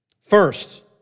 First